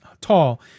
Tall